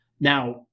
Now